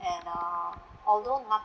and err although nothing